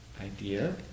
idea